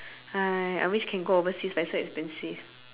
I wish can go overseas but it's so expensive